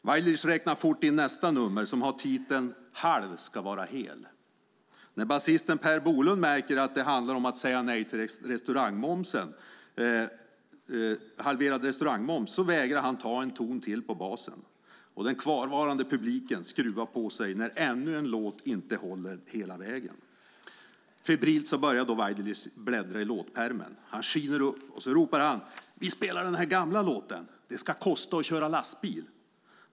Waidelich räknar fort in nästa nummer som har titeln Halv ska vara hel . När basisten Per Bolund märker att det handlar om att säga nej till förslaget om halverad restaurangmoms vägrar han att ta en ton till på basen. Den kvarvarande publiken skruvar på sig när ännu en låt inte håller hela vägen. Febrilt börjar Waidelich bläddra i låtpärmen. Han skiner upp, och ropar: Vi spelar den gamla låten Det ska kosta att köra lastbil .